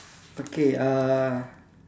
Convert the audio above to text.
okay uh